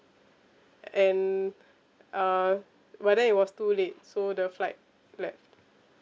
and uh but then it was too late so the flight left